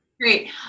Great